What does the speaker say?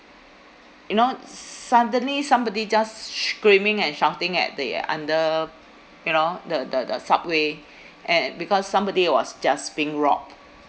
you know s~ suddenly somebody just sh~ screaming and shouting at the under you know the the the subway and because somebody was just being robbed